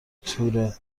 تور